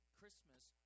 Christmas